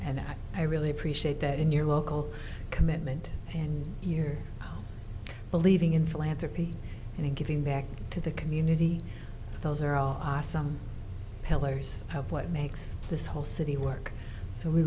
and i really appreciate that in your local commitment and here believing in philanthropy and giving back to the community those are all awesome heller's have what makes this whole city work so we